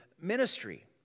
ministry